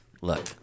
Look